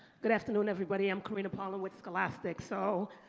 good afternoon, everybody. i'm karina polumn with scholastic. so,